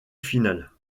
finales